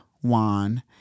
Juan